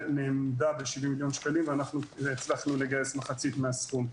נאמדה ב-70 מיליון שקלים ואנחנו הצלחנו לגייס מחצית מהסכום.